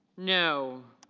no.